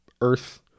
earth